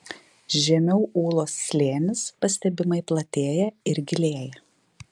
žemiau ūlos slėnis pastebimai platėja ir gilėja